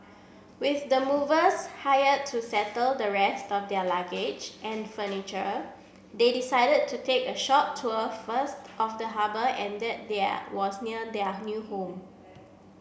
with the movers hired to settle the rest of their luggage and furniture they decided to take a short tour first of the harbour and that their was near their new home